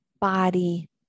body